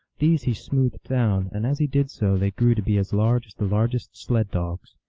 these he smoothed down, and as he did so they grew to be as large as the largest sled-dogs.